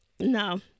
no